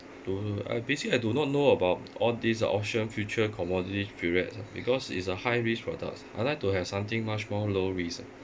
don't know I basically I do not know about all these auction future commodity periods ah because it's a high risk products I like to have something much more low risk ah